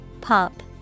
Pop